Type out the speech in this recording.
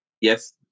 Yes